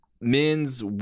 men's